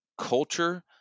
culture